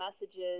messages